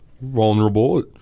Vulnerable